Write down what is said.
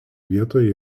vietoje